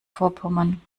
vorpommern